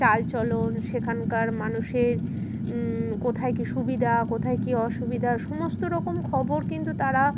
চালচলন সেখানকার মানুষের কোথায় কী সুবিধা কোথায় কী অসুবিধা সমস্ত রকম খবর কিন্তু তারা